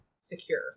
secure